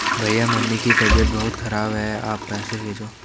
भैया मम्मी की तबीयत बहुत खराब है आप पैसे भेजो